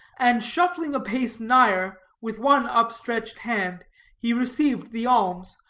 and shuffling a pace nigher, with one upstretched hand he received the alms,